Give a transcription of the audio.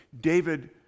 David